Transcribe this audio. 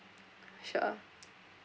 sure